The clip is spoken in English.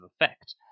effect